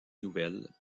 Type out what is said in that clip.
nouvelles